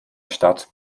stadt